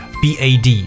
bad